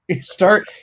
start